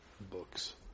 books